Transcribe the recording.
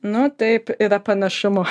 nu taip yra panašumų